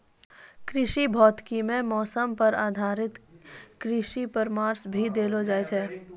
कृषि भौतिकी मॅ मौसम पर आधारित कृषि परामर्श भी देलो जाय छै